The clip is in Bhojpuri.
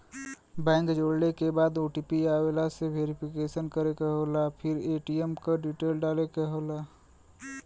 बैंक जोड़ले के बाद ओ.टी.पी आवेला से वेरिफिकेशन करे क होला फिर ए.टी.एम क डिटेल डाले क होला